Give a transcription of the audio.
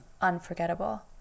unforgettable